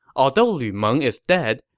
although lu meng is dead,